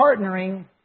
Partnering